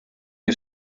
you